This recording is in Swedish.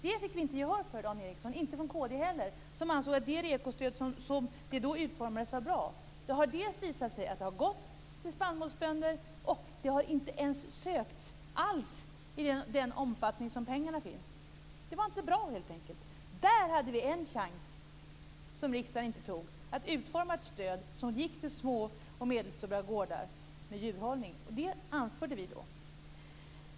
Det fick vi inte gehör för, Dan Ericsson, inte från kd heller. Kristdemokraterna ansåg att REKO-stödet så som det då utformades var bra. Det har visat sig dels att det har gått till spannmålsbönder, dels att det inte alls har sökts i den omfattning som det finns pengar för. Det var inte bra, helt enkelt. Där hade vi en chans som riksdagen inte tog att utforma ett stöd som gick till små och medelstora gårdar med djurhållning, och det anförde vi då.